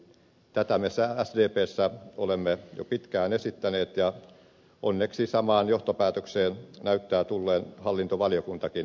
tätä me sdpssä olemme jo pitkään esittäneet ja onneksi samaan johtopäätökseen näyttää tulleen hallintovaliokuntakin